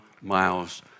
miles